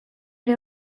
ere